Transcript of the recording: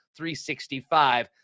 365